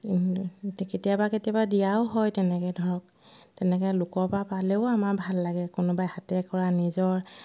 কেতিয়াবা কেতিয়াবা দিয়াও হয় তেনেকৈ ধৰক তেনেকৈ লোকৰ পৰা পালেও আমাৰ ভাল লাগে কোনোবাই হাতে কৰা নিজৰ